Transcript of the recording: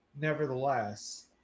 nevertheless